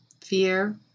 fear